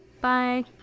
bye